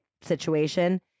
situation